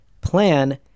plan